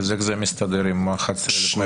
איך זה מסתדר עם ה-11,00 עולים?